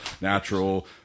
natural